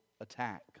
attack